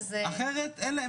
אחרת אין להם,